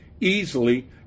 easily